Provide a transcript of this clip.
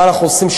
מה אנחנו עושים?